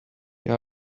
they